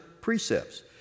precepts